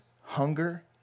hunger